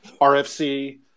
RFC